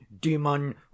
demon